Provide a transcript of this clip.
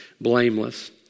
blameless